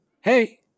Hey